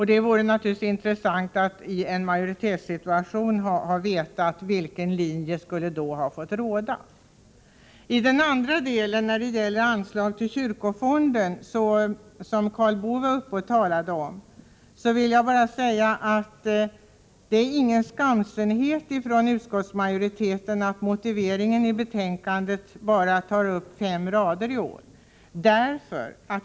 Det vore naturligtvis intressant att veta vilken linje som skulle ha fått råda i en majoritetssituation. I den andra delen, om anslag till kyrkofonden, som Karl Boo talade om, vill jag bara säga att det inte beror på någon skamsenhet från utskottsmajoritetens sida att motiveringen i betänkandet bara tar upp fem rader i år.